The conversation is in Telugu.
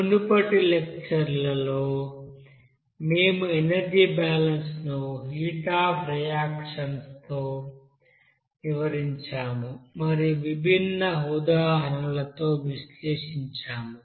మునుపటి లెక్చర్ లలో మేము ఎనర్జీ బాలన్స్ ను హీట్ అఫ్ రియాక్షన్ తో వివరించాము మరియు విభిన్న ఉదాహరణలతో విశ్లేషించాము